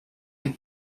and